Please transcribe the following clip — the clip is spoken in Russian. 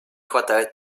хватает